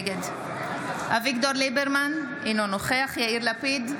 נגד אביגדור ליברמן, אינו נוכח יאיר לפיד,